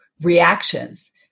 reactions